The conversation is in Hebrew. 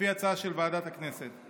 לפי הצעה של ועדת הכנסת.